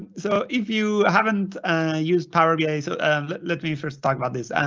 so if you haven't used power bi, so let let me first talk about this.